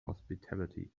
hospitality